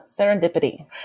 serendipity